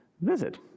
visit